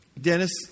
Dennis